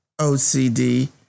OCD